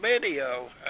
video